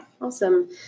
Awesome